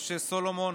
משה סולומון